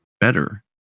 better